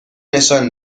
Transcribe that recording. نشان